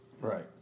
Right